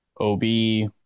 OB